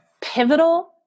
Pivotal